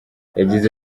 yagize